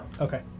Okay